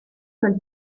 del